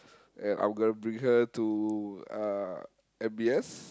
and I'm gonna bring her to uh M_B_S